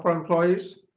employees.